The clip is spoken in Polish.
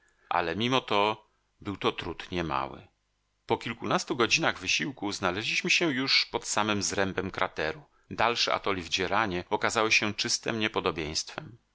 ale mimo to był to trud nie mały po kilkunastu godzinach wysiłku znaleźliśmy się już pod samym zrębem krateru dalsze atoli wdzieranie okazało się czystem